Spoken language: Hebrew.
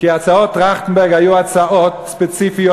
כי הצעות טרכטנברג היו הצעות ספציפיות,